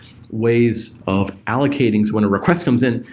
ways of allocating when a request comes in,